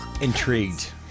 intrigued